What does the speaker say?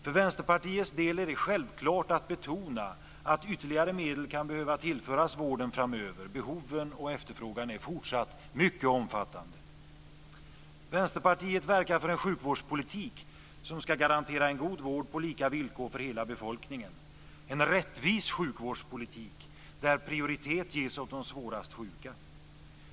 För Vänsterpartiets del är det självklart att betona att ytterligare medel kan behöva tillföras vården framöver. Behoven och efterfrågan är fortsatt mycket omfattande. Vänsterpartiet verkar för en sjukvårdspolitik som ska garantera en god vård på lika villkor för hela befolkningen - en rättvis sjukvårdspolitik där prioritet ges åt de svårast sjuka.